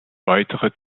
weitere